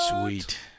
sweet